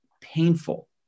painful